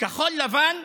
כחול לבן,